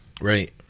Right